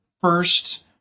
first